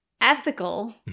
ethical